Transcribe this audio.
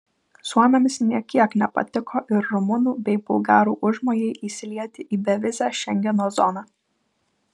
suomiams nė kiek nepatiko ir rumunų bei bulgarų užmojai įsilieti į bevizę šengeno zoną